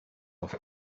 off